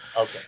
Okay